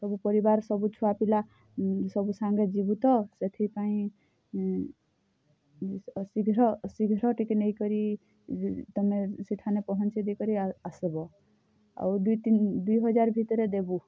ସବୁ ପରିବାର୍ ସବୁ ଛୁଆପିଲା ସବୁ ସାଙ୍ଗେ ଯିବୁ ତ ସେଥିପାଇଁ ଏ ଶୀଘ୍ର ଶୀଘ୍ର ଟିକେ ନେଇକରି ତମେ ସେଠାନେ ପହଞ୍ଚେଇ ଦେଇକରି ଆସ୍ବ ଆଉ ଦୁଇ ତିନ୍ ଦୁଇ ହଜାର୍ ଭିତ୍ରେ ଦେବୁ